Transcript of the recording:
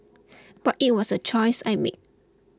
but it was a choice I made